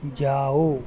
जाओ